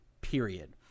period